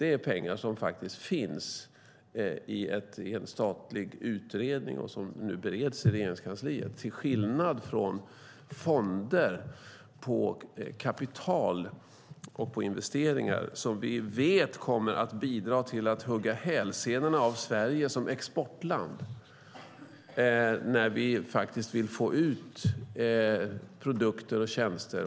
Det är pengar som finns i en statlig utredning som nu bereds i Regeringskansliet till skillnad från fonder på kapital och investeringar som vi vet kommer att bidra till att hugga hälsenorna av Sverige som exportland när vi vill få ut produkter och tjänster.